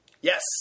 Yes